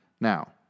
Now